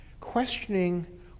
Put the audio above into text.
questioning